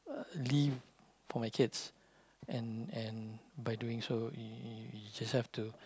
leave for my kids and and by doing so you you you just have to